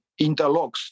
interlocks